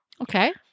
Okay